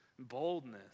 Boldness